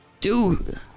Dude